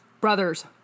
brothers